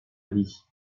vie